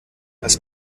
als